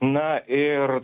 na ir